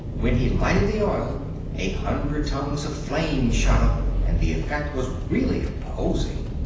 when he lighted the oil a hundred tongues of flame shot up, and the effect was really imposing.